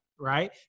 right